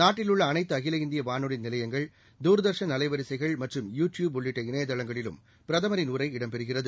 நாட்டில் உள்ள அனைத்து அகில இந்திய வானொலி நிலையங்கள் தூர்தர்ஷன் அலைவரிசைகள் மற்றும் யூ டியூப் உள்ளிட்ட இணையதளங்களிலும் பிரதமரின் உரை இடம் பெறுகிறது